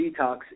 detox